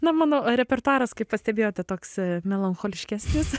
na mano repertuaras kaip pastebėjote toks melancholiškesnis